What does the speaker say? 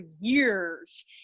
years